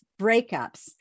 breakups